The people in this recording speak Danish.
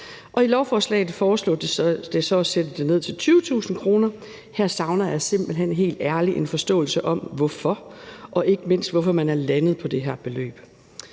i lovforslaget foreslås det så at sætte det ned til 20.000 kr. Her savner jeg simpelt hen helt ærligt en forståelse for hvorfor. Og ikke mindst hvorfor man er landet på det her beløb.